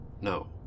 No